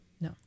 No